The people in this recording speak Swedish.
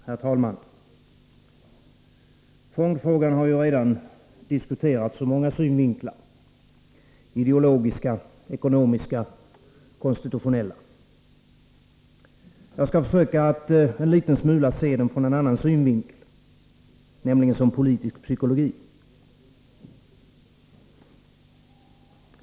Herr talman! Fondfrågan har redan diskuterats ur många synvinklar — ideologiska, ekonomiska, konstitutionella. Jag skall försöka att en smula se den från en annan synvinkel — nämligen som politisk psykologi.